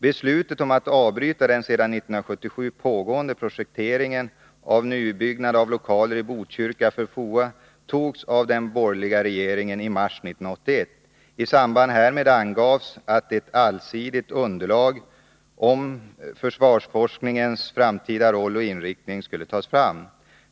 Beslutet om att avbryta den sedan 1977 pågående projekteringen av nybyggnad av lokaler i Botkyrka för FOA togs av den borgerliga regeringen i mars 1981. I samband härmed angavs att ett allsidigt underlag rörande försvarsforskningens framtida roll och inriktning skulle tas fram.